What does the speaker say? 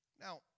Now